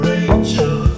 Rachel